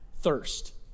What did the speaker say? thirst